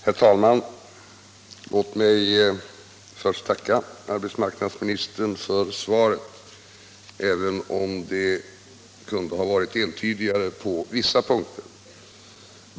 Herr talman! Låt mig först tacka arbetsmarknadsministern för svaret, även om det kunde ha varit entydigare på vissa punkter.